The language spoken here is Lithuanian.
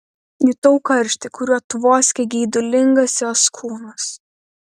jutau karštį kuriuo tvoskė geidulingas jos kūnas